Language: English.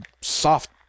soft